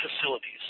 facilities